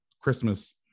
Christmas